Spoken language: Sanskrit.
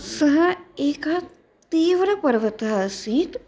सः एकः तीव्रपर्वतः आसीत्